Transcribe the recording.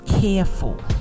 careful